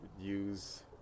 use